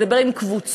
ולדבר עם קבוצות,